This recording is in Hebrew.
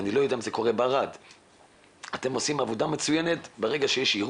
עשינו שולחנות עגולים.